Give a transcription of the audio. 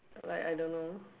like I don't know